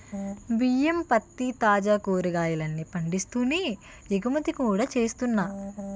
బియ్యం, పత్తి, తాజా కాయగూరల్ని పండిస్తూనే ఎగుమతి కూడా చేస్తున్నా